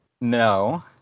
No